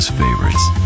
favorites